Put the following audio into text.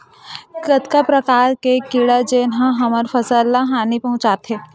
कतका प्रकार के कीड़ा जेन ह हमर फसल ल हानि पहुंचाथे?